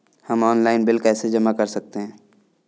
हम online bill कैसे जमा कर सकते हैं?